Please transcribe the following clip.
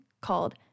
called